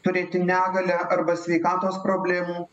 turėti negalią arba sveikatos problemų